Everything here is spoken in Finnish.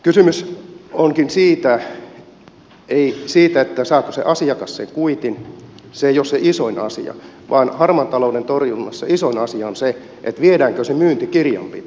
kysymys ei ole siitä saako se asiakas sen kuitin se ei ole se isoin asia vaan harmaan talouden torjunnassa isoin asia on se viedäänkö se myynti kirjanpitoon